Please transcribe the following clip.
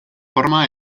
forma